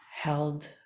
held